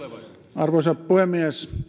arvoisa puhemies